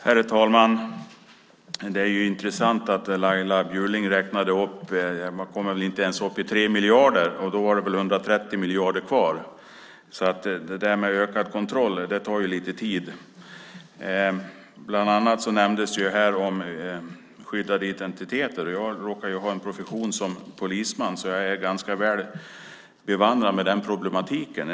Herr talman! Laila Bjurling kom inte ens upp i 3 miljarder i sin uppräkning. Då är det 130 miljarder kvar. Det där med ökad kontroll tar lite tid. Bland annat nämndes detta med skyddade identiteter här. Jag råkar ha en profession som polisman, så jag är ganska väl bevandrad i den problematiken.